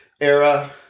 era